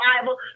Bible